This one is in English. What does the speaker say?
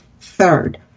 Third